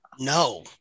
no